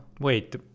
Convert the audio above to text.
Wait